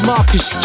Marcus